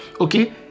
Okay